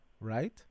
Right